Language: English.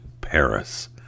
Paris